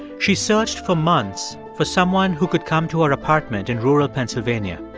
she searched for months for someone who could come to her apartment in rural pennsylvania.